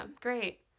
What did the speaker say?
Great